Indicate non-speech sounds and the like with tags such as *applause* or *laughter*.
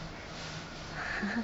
*laughs*